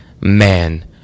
man